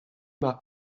mar